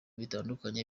bitandukanye